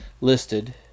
listed